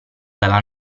dalla